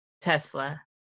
Tesla